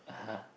(uh huh)